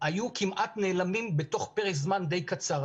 היו כמעט נעלמים בתוך פרק זמן די קצר.